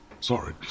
sorry